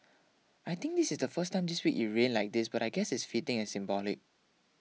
I think this is the first time this week it rained like this but I guess it's fitting and symbolic